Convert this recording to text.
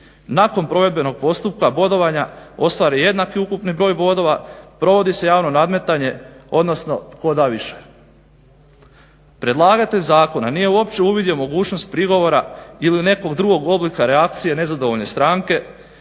nakon provedbenog postupka bodovanja ostvare jednaki ukupni broj bodova, provodi se javno nadmetanje, odnosno tko da više. Predlagatelj zakona nije uopće uvidio mogućnost prigovora ili nekog drugog oblika reakcije nezadovoljne stranke